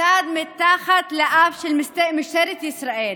כיצד מתחת לאף של משטרת ישראל